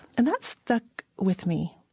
and that stuck with me.